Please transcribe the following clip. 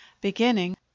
beginning